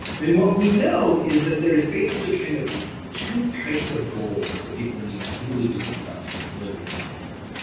and what we know is that there's basically kind of two types of goals that people need to really be successful, and really be productive.